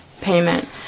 payment